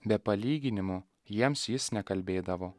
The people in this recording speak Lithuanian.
be palyginimų jiems jis nekalbėdavo